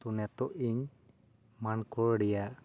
ᱛᱳ ᱱᱤᱛᱚᱜ ᱤᱧ ᱢᱟᱱᱠᱚᱲ ᱨᱮᱭᱟᱜ